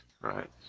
Right